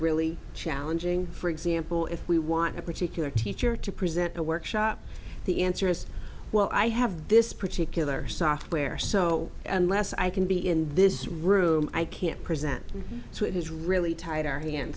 really challenging for example if we want a particular teacher to present a workshop the answer is well i have this particular software so unless i can be in this room i can't present so it is really tight